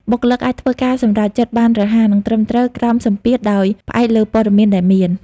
បុគ្គលិកអាចធ្វើការសម្រេចចិត្តបានរហ័ស និងត្រឹមត្រូវក្រោមសម្ពាធ ដោយផ្អែកលើព័ត៌មានដែលមាន។